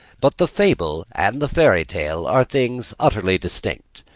but the fable and the fairy tale are things utterly distinct.